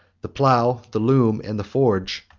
the plough, the loom, and the forge,